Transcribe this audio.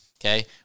Okay